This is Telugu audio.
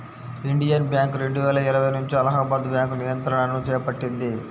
ఇండియన్ బ్యాంక్ రెండువేల ఇరవై నుంచి అలహాబాద్ బ్యాంకు నియంత్రణను చేపట్టింది